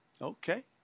Okay